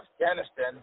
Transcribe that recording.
Afghanistan